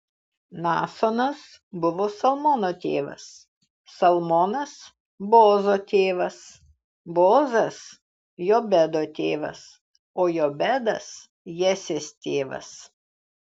naasonas buvo salmono tėvas salmonas boozo tėvas boozas jobedo tėvas o jobedas jesės tėvas